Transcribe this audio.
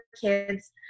kids